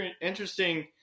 interesting